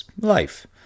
life